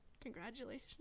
congratulations